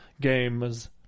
games